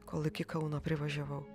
kol iki kauno privažiavau